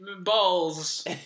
balls